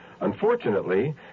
Unfortunately